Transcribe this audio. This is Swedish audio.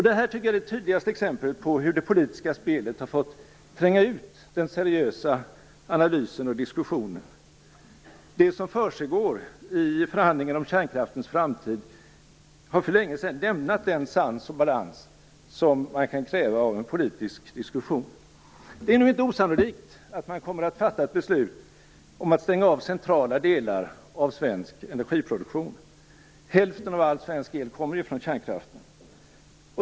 Detta tycker jag är det tydligaste exemplet på hur det politiska spelet har fått tränga ut den seriösa analysen och diskussionen. Det som försiggår i förhandlingar om kärnkraftens framtid har för länge sedan lämnat den sans och balans som man kan kräva av en politisk diskussion. Det är nu inte osannolikt att man kommer att fatta ett beslut om att stänga av centrala delar av svensk energiproduktion. Hälften av all svensk el kommer från kärnkraften.